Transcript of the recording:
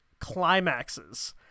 climaxes